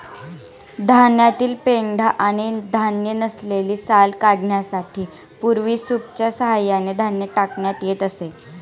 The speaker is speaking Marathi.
धान्यातील पेंढा आणि धान्य नसलेली साल काढण्यासाठी पूर्वी सूपच्या सहाय्याने धान्य टाकण्यात येत असे